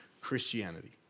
Christianity